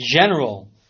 general